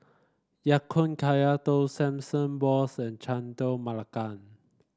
Ya Kun Kaya Toast Sesame Balls and Chendol Melaka